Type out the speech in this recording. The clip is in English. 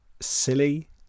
silly